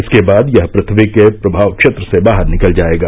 इसके बाद यह पृथ्वी के प्रभाव क्षेत्र से बाहर निकल जाएगा